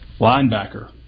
linebacker